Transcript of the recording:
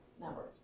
number